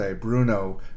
Bruno